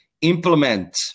implement